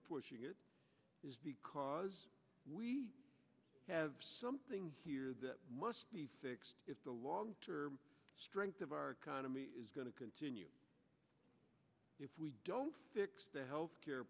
pushing it is because we have something here that must be fixed if the long term strength of our economy is going to continue if we don't fix the health care